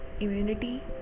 immunity